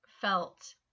felt